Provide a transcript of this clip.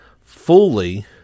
fully